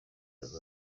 abantu